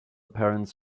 parents